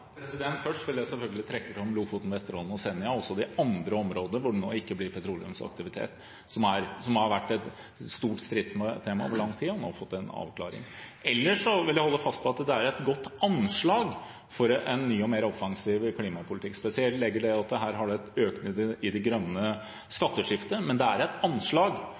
Først vil jeg selvfølgelig trekke fram Lofoten, Vesterålen og Senja og også det andre området hvor det nå ikke blir petroleumsaktivitet, som har vært et stort stridstema over lang tid, og der man nå har fått en avklaring. Ellers vil jeg holde fast ved at det er et godt anslag for en ny og mer offensiv klimapolitikk, og spesielt legge til at her er det en økning i det grønne skatteskiftet. Men det er et anslag.